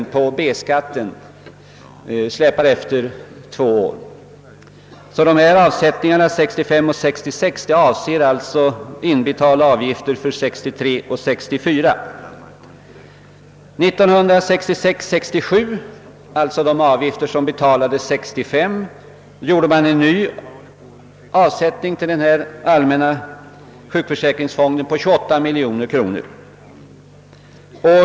Avsättningarna under 1965—1966 avser alltså under 1963— 1964 inbetalda avgifter. År 1966—1967 — alltså av avgifter som betalades år 1965 — gjorde man en ny avsättning till den allmänna sjukförsäkringsfonden på 28 miljoner kronor.